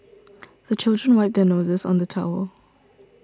the children wipe their noses on the towel